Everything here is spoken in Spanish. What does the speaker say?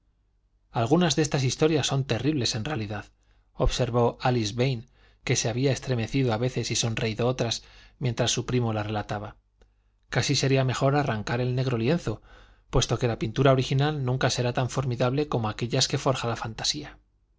algunas de estas historias son terribles en realidad observó alice vane que se había estremecido a veces y sonreído otras mientras su primo las relataba casi sería mejor arrancar el negro lienzo puesto que la pintura original nunca será tan formidable como aquellas que forja la fantasía